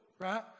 right